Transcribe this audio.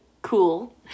Cool